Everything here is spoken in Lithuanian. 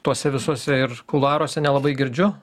tose visose ir kuluaruose nelabai girdžiu